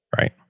right